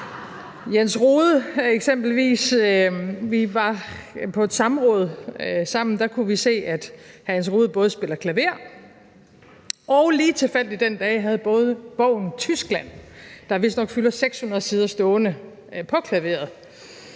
starten. Eksempelvis var vi sammen på et samråd, og vi kunne der se, at hr. Jens Rohde både spiller klaver og lige tilfældigt den dag havde bogen »Tyskland«, der vistnok fylder 600 sider, stående på klaveret,